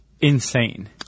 insane